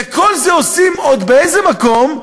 וכל זה עושים עוד באיזה מקום?